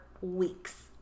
weeks